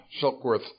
Silkworth